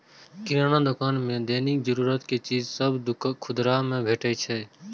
किराना दोकान मे दैनिक जरूरत के चीज सभ खुदरा मे भेटै छै